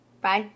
Bye